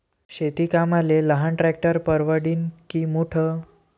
शेती कामाले लहान ट्रॅक्टर परवडीनं की मोठं?